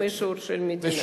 צריכים אישור של המדינה.